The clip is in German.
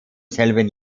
selben